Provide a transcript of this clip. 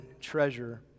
treasure